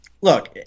look